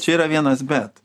čia yra vienas bet